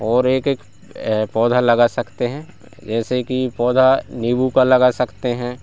और एक एक पौधा लगा सकते हैं जेसे कि पौधा नीबू का लगा सकते हैं